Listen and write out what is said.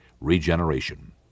regeneration